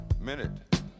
Minute